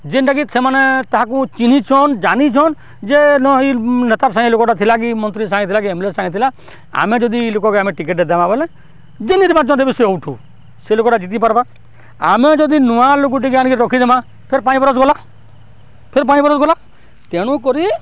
ଯେନ୍ଟାକି ସେମାନେ ତାହାକୁ ଚିନିଛନ୍ ଜାନିଛନ୍ ଯେ ନ ଇ ନେତାର୍ ସାଙ୍ଗେ ଲୋକଟା ଥିଲା କି ମନ୍ତ୍ରୀ ସାଙ୍ଗେ ଥିଲା କି ଏମ୍ଏଲ୍ଏ ସାଙ୍ଗେ ଥିଲା ଆମେ ଯଦି ଇ ଲୋକ୍କେ ଆମେ ଟିକେଟ୍ଟେ ଦେମା ବଏଲେ ଯେନ୍ ନିର୍ବାଚନ୍ରେ ବି ସେ ଉଠୁ ସେ ଲୋକ୍ଟା ଜିତି ପାର୍ବା ଆମେ ଯଦି ନୂଆ ଲୋକ୍ ଗୁଟେକେ ଆଣିକି ରଖିଦେମା ଫେର୍ ପାଞ୍ଚ୍ ବରଷ୍ ଗଲା ଫେର୍ ପାଞ୍ଚ୍ ବରଷ୍ ଗଲା ତେଣୁକରି